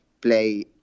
play